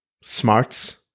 smarts